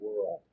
world